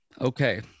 Okay